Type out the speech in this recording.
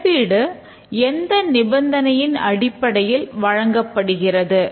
இழப்பீடு எந்த நிபந்தனையின் அடிப்படையில் வழங்கப்படுகிறது